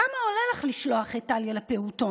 כמה עולה לך לשלוח את טליה לפעוטון?